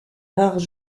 rares